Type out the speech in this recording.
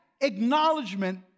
acknowledgement